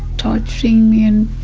torturing me and